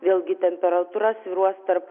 vėlgi temperatūra svyruos tarp